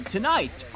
Tonight